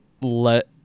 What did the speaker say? let